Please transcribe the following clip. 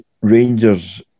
Rangers